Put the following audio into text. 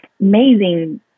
amazing